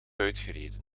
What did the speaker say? uitgereden